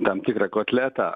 tam tikrą kotletą